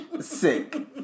Sick